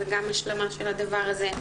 זה גם השלמה של הדבר הזה,